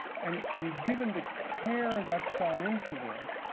and and given the care that's gone into this,